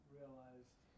realized